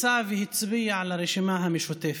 והצביע לרשימה המשותפת.